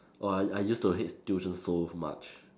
oh I I used to hate tuition so much